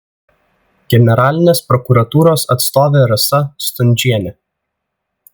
generalinės prokuratūros atstovė rasa stundžienė